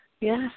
Yes